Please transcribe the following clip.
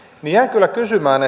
niin jään kyllä kysymään